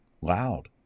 loud